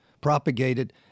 propagated